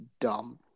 dumb